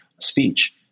speech